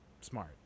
smart